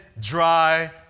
dry